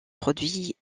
produits